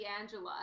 Angela